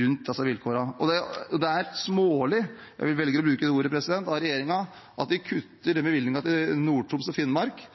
rundt disse vilkårene. Og det er smålig – jeg velger å bruke det ordet – av regjeringen at de kutter den bevilgningen til Nord-Troms og Finnmark